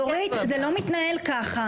דורית, זה לא מתנהל כך.